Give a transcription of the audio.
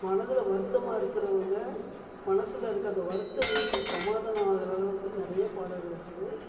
மனதில் வருத்தமாக இருக்கிறவங்க மனசில் இருக்கிற அந்த வருத்தம் நீங்கி சமாதானம் ஆகிற அளவுக்கு நிறைய பாடல்கள் இருக்குது